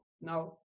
Now